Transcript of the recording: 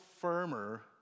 firmer